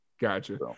Gotcha